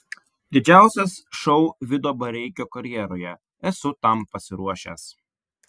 didžiausias šou vido bareikio karjeroje esu tam pasiruošęs